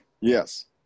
Yes